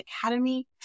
Academy